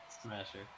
smasher